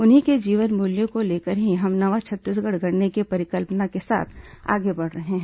उन्हीं के जीवन मूल्यों को लेकर ही हम नवा छत्तीसगढ़ गढ़ने की परिकल्पना के साथ आगे बढ़ रहे हैं